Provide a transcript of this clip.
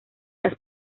las